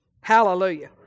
hallelujah